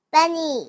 Bunny